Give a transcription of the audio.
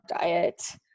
diet